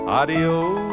adios